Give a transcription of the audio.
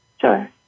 Sure